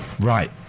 Right